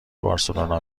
بارسلونا